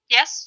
Yes